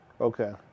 Okay